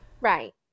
Right